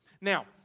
Now